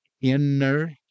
inner